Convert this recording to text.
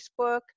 Facebook